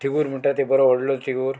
थिगूर म्हणटा तें बरो व्हडलो थिगूर